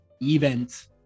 event